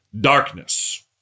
darkness